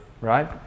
right